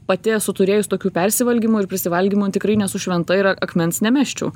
pati esu turėjus tokių persivalgymų ir prisivalgymų tikrai nesu šventa ir akmens nemesčiau